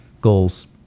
goals